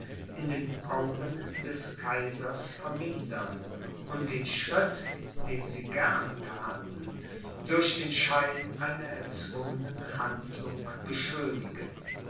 in den augen des kaisers vermindern und den schritt den sie gern thaten durch den schein einer erzwungenen handlung beschönigen